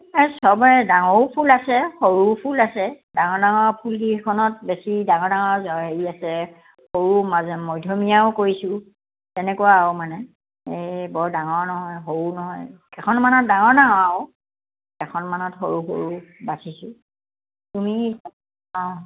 এই চব ডাঙৰো ফুল আছে সৰু ফুল আছে ডাঙৰ ডাঙৰ ফুলকেইখনত বেছি ডাঙৰ ডাঙৰ হেৰি আছে সৰু মধ্যমীয়াও কৰিছোঁ তেনেকুৱা আৰু মানে এই বৰ ডাঙৰ নহয় সৰু নহয় কেইখনমানত ডাঙৰ ডাঙৰ আৰু কেইখনমানত সৰু সৰু বাচিছোঁ তুমি অঁ